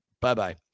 bye-bye